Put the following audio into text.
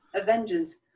Avengers